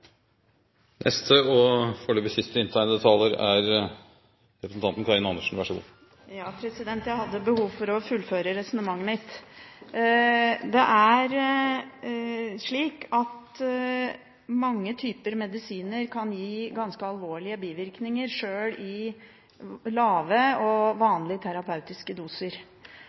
Jeg hadde behov for å fullføre resonnementet mitt. Det er slik at mange typer medisiner kan gi ganske alvorlige bivirkninger, sjøl i lave og vanlige terapeutiske doser.